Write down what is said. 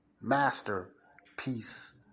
masterpiece